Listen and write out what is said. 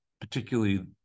particularly